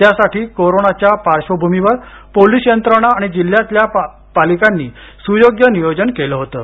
त्यासाठी करोनाच्या पार्श्वभूमीवर पोलीस यंत्रणा आणि जिल्ह्यातल्या पालिकांनी सुयोग्य नियोजन केलं होतं